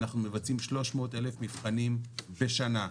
אנחנו מבצעים 300,000 מבחנים בשנה.